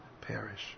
perish